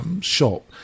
shop